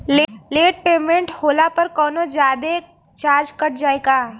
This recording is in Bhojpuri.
लेट पेमेंट होला पर कौनोजादे चार्ज कट जायी का?